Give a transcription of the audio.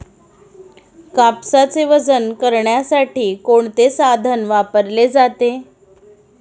कापसाचे वजन करण्यासाठी कोणते साधन वापरले जाते?